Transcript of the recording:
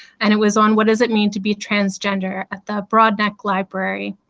and it was on what does it mean to be transgender at the broad neck library.